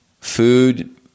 food